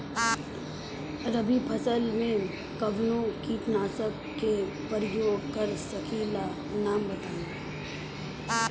रबी फसल में कवनो कीटनाशक के परयोग कर सकी ला नाम बताईं?